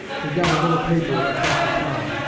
we got a little paper at the country town,